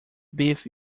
biff